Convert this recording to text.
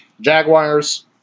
Jaguars